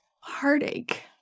heartache